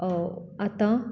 आतां